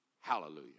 hallelujah